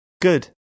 good